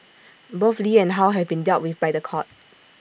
both lee and how have been dealt with by The Court